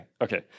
Okay